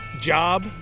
Job